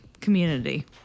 community